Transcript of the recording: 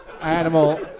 animal